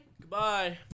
Goodbye